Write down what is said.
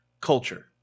culture